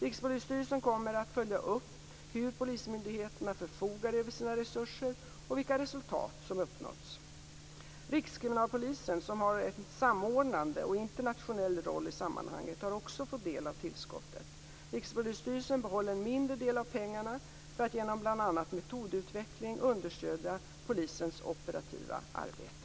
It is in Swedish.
Rikspolisstyrelsen kommer att följa upp hur polismyndigheterna förfogat över sina resurser och vilka resultat som uppnåtts. Rikskriminalpolisen, som har en samordnande och internationell roll i sammanhanget, har också fått del av tillskottet. Rikspolisstyrelsen behåller en mindre del av pengarna för att genom bl.a. metodutveckling understödja polisens operativa arbete.